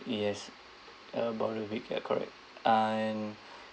yes about a week ya correct and